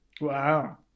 Wow